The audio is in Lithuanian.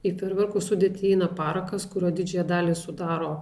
į ferverkų sudėtį įeina parakas kurio didžiąją dalį sudaro